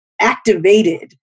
activated